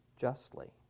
justly